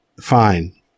fine